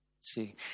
See